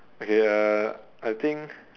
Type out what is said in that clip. okay uh I think